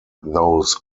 those